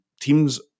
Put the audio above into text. teams